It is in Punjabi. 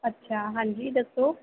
ਅੱਛਾ ਹਾਂਜੀ ਦੱਸੋ